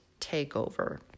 takeover